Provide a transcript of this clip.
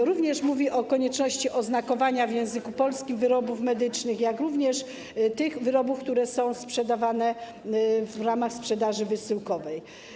Projekt mówi także o konieczności oznakowania w języku polskim wyrobów medycznych, jak również tych wyrobów, które są sprzedawane w ramach sprzedaży wysyłkowej.